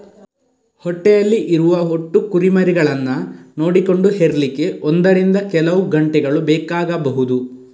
ಹೊಟ್ಟೆಯಲ್ಲಿ ಇರುವ ಒಟ್ಟು ಕುರಿಮರಿಗಳನ್ನ ನೋಡಿಕೊಂಡು ಹೆರ್ಲಿಕ್ಕೆ ಒಂದರಿಂದ ಕೆಲವು ಗಂಟೆಗಳು ಬೇಕಾಗ್ಬಹುದು